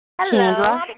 Hello